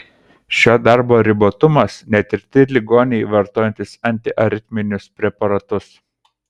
šio darbo ribotumas netirti ligoniai vartojantys antiaritminius preparatus